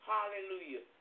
Hallelujah